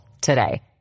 today